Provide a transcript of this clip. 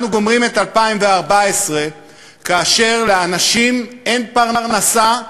אנחנו גומרים את 2014 כאשר לאנשים אין פרנסה,